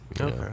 Okay